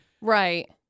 Right